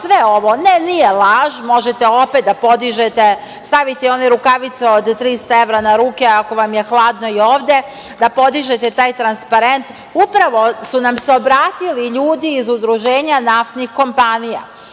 sve ovo. Ne, nije laž, možete opet da podižete, stavite i one rukavice od 300 evra na ruke, ako vam je hladno i ovde, da podižete taj transparent. Upravo su nam se obratili ljudi iz Udruženja naftnih kompanija. Oni